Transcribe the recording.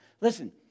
Listen